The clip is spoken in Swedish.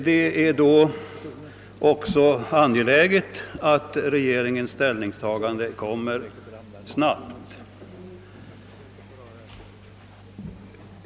Det borde därför finnas förutsättningar att regeringens ställningstagande sker snabbt.